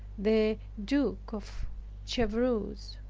the duke of chevreuse.